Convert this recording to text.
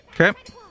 Okay